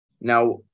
Now